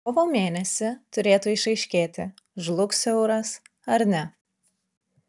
kovo mėnesį turėjo išaiškėti žlugs euras ar ne